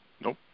Nope